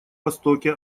востоке